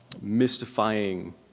mystifying